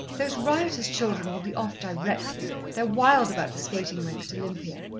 those riotous children will be off directly, they're wild about the skating-rink at olympia.